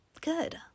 good